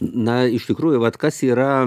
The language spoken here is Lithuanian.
na iš tikrųjų vat kas yra